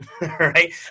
right